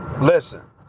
Listen